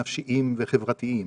נפשיים וחברתיים,